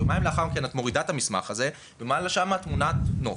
יומיים לאחר מכן את מורידה את המסמך הזה ומעלה לשם תמונת נוף.